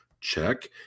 Check